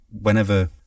whenever